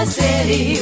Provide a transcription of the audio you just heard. city